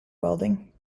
welding